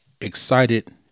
excited